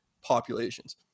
populations